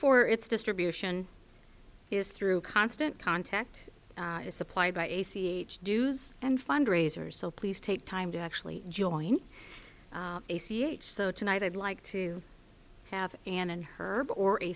for its distribution is through constant contact is supplied by a c h dues and fundraiser so please take time to actually join a c h so tonight i'd like to have an in her or a